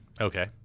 Okay